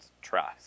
trust